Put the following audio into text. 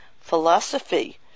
philosophy